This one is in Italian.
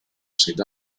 sede